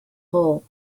hole